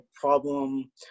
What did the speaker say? problem